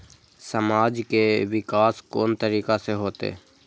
समाज के विकास कोन तरीका से होते?